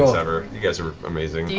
ah ever. you guys are amazing. yeah